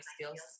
skills